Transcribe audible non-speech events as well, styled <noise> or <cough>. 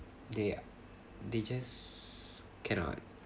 they <noise> they just cannot